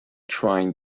trying